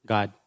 God